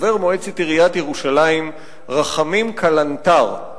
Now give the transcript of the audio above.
חבר מועצת עיריית ירושלים רחמים כלנתר.